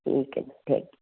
ਠੀਕ ਹੈ ਜੀ ਥੈਂਕ